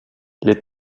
les